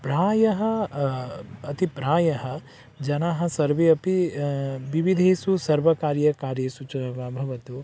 प्रायः अतिप्रायः जनाः सर्वे अपि विविधेषु सर्वकारीय कार्येषु च वा भवतु